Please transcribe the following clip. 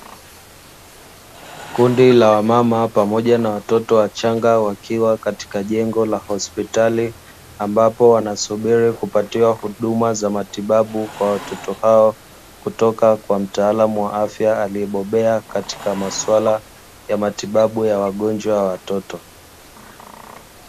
Kundi la wamama pamoja na watoto wachanga wakiwa katika jengo la hospitali, ambapo wanasubiri kupatiwa huduma za matibabu kwa watoto hao kutoka kwa mtaalamu wa afya, aliyebobea katika maswala ya matibabu ya wagonjwa ya watoto.